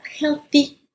healthy